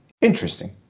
Interesting